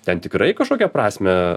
ten tikrai kažkokią prasmę